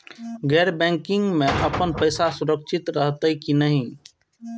गैर बैकिंग में अपन पैसा सुरक्षित रहैत कि नहिं?